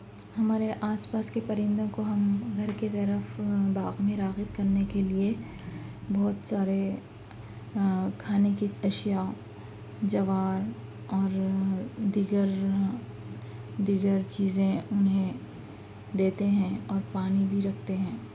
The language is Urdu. ہمارے آس پاس کے پرندوں کو ہم گھر کے طرف باغ میں راغب کرنے کے لئے بہت سارے کھانے کی اشیا جوار اور دیگر دیگر چیزیں انہیں دیتے ہیں اور پانی بھی رکھتے ہیں